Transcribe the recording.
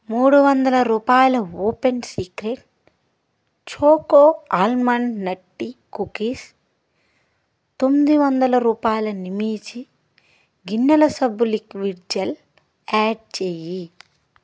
మూడు వందల రూపాయల open secret choco almond nutty cookies తొమ్మిది వందల రూపాయల నిమీజీ గిన్నెల సబ్బు లిక్విడ్ జెల్ యాడ్ చెయ్యి